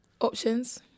Options